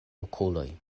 okuloj